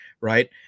Right